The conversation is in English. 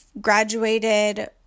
graduated